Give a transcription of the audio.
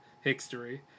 History